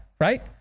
right